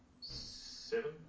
seven